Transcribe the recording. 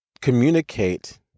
communicate